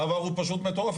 המעבר הוא פשוט מטורף.